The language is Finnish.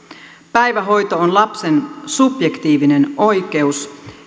päivähoito on lapsen subjektiivinen oikeus